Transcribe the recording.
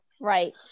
right